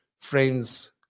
friends